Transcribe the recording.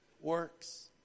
works